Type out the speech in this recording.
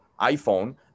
iphone